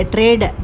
Trade